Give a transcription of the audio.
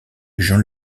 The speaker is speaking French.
jean